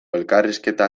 elkarrizketa